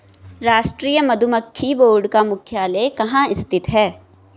राष्ट्रीय मधुमक्खी बोर्ड का मुख्यालय कहाँ स्थित है?